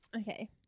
Okay